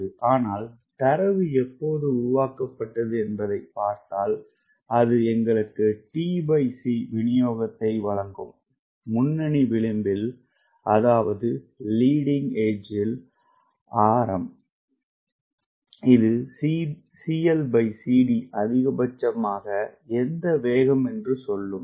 ஆனால் தரவு எப்போது உருவாக்கப்பட்டது என்பதைப் பார்த்தால் அது எங்களுக்கு tc விநியோகத்தை வழங்கும் முன்னணி விளிம்பில் ஆரம் இது CLCD அதிகபட்சமாக எந்த வேகம் என்று சொல்லும்